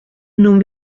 non